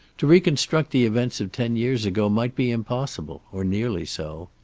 to reconstruct the events of ten years ago might be impossible, or nearly so.